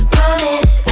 Promise